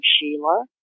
Sheila